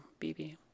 BB